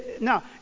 Now